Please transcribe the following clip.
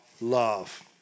love